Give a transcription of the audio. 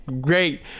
Great